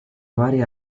varie